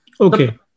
Okay